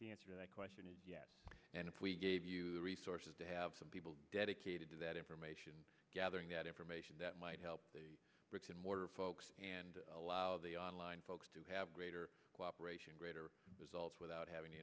the answer to that question is yes and if we gave you the resources to have some people dedicated to that information gathering that information that might help the bricks and mortar folks and allow the online folks to have greater cooperation greater results without having t